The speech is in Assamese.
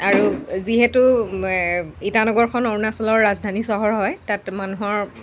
আৰু যিহেতু ইটানগৰখন অৰুণাচলৰ ৰাজধানী চহৰ হয় তাত মানুহৰ